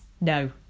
no